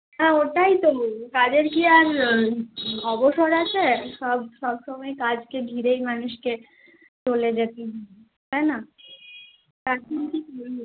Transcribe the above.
হ্যাঁ ওটাই তো বলব কাজের কি আর অবসর আছে সব সবসময় কাজকে ঘিরেই মানুষকে চলে যেতে হয় তাই না